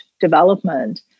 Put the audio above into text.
development